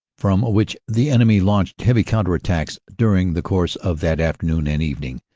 from which the enemy launched heavy counter-attacks during the course of that afternoon and evening.